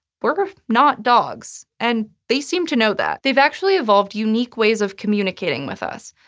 we're not dogs. and they seem to know that. they've actually evolved unique ways of communicating with us,